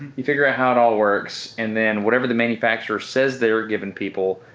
you figure out how it all works and then whatever the manufacturer says they're giving people,